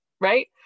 right